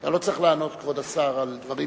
אתה לא צריך לענות, כבוד השר, על דברים